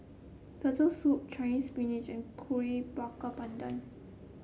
Turtle Soup Chinese Spinach and Kuih Bakar Pandan